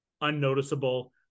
Unnoticeable